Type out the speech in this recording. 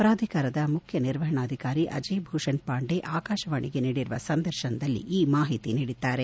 ಪ್ರಾಧಿಕಾರದ ಮುಖ್ಯ ನಿರ್ವಹಣಾಧಿಕಾರಿ ಅಜಯ್ ಭೂಷಣ್ ಪಾಂಡೆ ಆಕಾಶವಾಣಿ ನೀಡಿರುವ ಸಂದರ್ಶನದಲ್ಲಿ ಈ ಮಾಹಿತಿ ನೀಡಿದ್ದಾರೆ